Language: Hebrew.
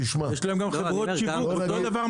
תשמע --- יש להם גם חברות שיווק --- אותו דבר,